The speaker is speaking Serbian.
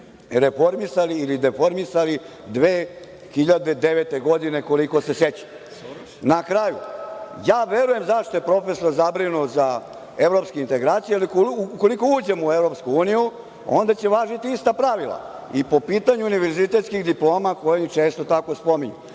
koje su oni reformisali 2009. godine, koliko se ja sećam. Na kraju, ja verujem zašto je profesor zabrinut za evropske integracije, jer ukoliko uđemo u EU, onda će važiti ista pravila i po pitanju univerzitetskih diploma koje često tako spominju. Naime,